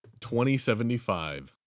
2075